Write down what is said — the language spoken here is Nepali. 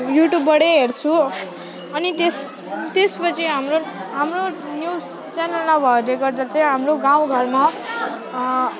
युट्युबबाटै हेर्छु अनि त्यस त्यसपछि हाम्रो हाम्रो न्युज च्यानल नभएकोले गर्दा चाहिँ हाम्रो गाउँघरमा